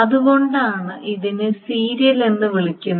അതുകൊണ്ടാണ് ഇതിനെ സീരിയൽ എന്ന് വിളിക്കുന്നത്